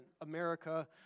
America